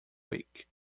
week